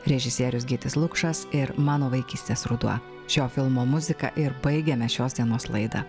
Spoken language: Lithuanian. režisierius gytis lukšas ir mano vaikystės ruduo šio filmo muzika ir baigiame šios dienos laidą